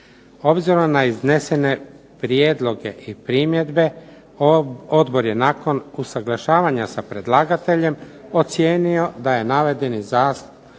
Obzirom na iznesene prijedloge i primjedbe odbor je nakon usuglašavanja sa predlagateljem ocijenio da je navedeni zakon